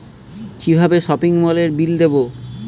কিভাবে সপিং মলের বিল দেবো?